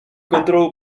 kontrolou